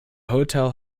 hotel